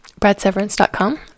bradseverance.com